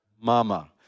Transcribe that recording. Mama